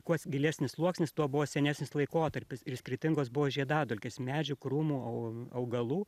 kuo gilesnis sluoksnis tuo buvo senesnis laikotarpis ir skirtingos buvo žiedadulkės medžių krūmų o augalų